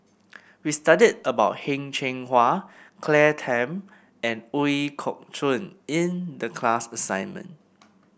we studied about Heng Cheng Hwa Claire Tham and Ooi Kok Chuen in the class assignment